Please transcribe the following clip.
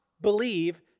believe